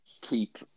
Keep